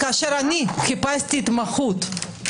שכאשר אני חיפשתי התמחות,